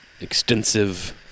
extensive